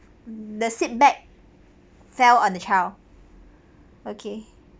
the seat back fell on the child okay